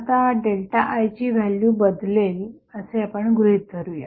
आता ΔI ची व्हॅल्यू बदलेल असे आपण गृहीत धरूया